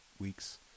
weeks